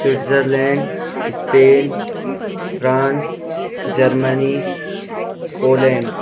Switzer land Spain France جرمنی Poland